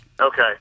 Okay